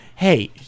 Hey